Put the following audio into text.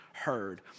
heard